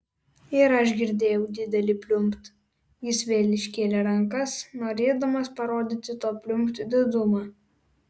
ir aš girdėjau didelį pliumpt jis vėl iškėlė rankas norėdamas parodyti to pliumpt didumą